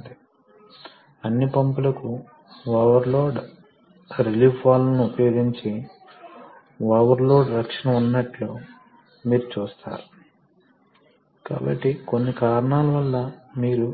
ఇప్పుడు ఇవి గుర్తుంచుకోవలసిన కొన్ని విషయాలు ఈ సిస్టమ్స్ చాలా ఖచ్చితమైనవి చాలా ఖచ్చితమైన కదలికను సృష్టిస్తాయి మరియు